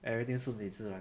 everything 顺其自然